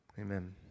Amen